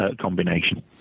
combination